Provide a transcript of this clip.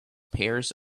pairs